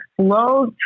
slow